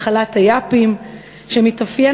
"מחלת היאפים",